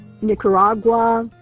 nicaragua